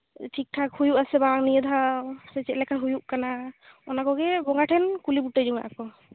ᱴᱷᱤᱠᱼᱴᱷᱟᱠ ᱦᱩᱭᱩᱜᱼᱟ ᱥᱮ ᱵᱟᱝ ᱱᱤᱭᱟᱹ ᱫᱷᱟᱣ ᱥᱮ ᱪᱮᱫᱞᱮᱠᱟ ᱦᱩᱭᱩᱜ ᱠᱟᱱᱟ ᱚᱱᱟ ᱠᱚᱜᱮ ᱵᱚᱸᱜᱟ ᱴᱷᱮᱱ ᱠᱩᱞᱤ ᱵᱩᱴᱟᱹ ᱡᱚᱝᱟᱜ ᱟᱠᱚ